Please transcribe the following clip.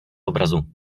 obrazu